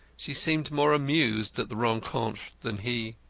she seemed more amused at the rencontre than he.